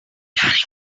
turning